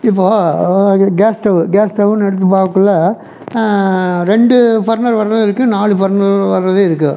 இப்போ இது gas stove gas ஸ்டவ்வுன்னு எடுத்து பாக்கக்குள்ளே ரெண்டு பர்னர் வரதும் இருக்கு நாலு பர்னர் வரதும் இருக்கு